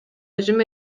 өзүм